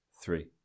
three